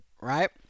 right